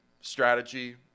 strategy